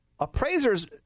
Appraisers